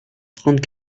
trente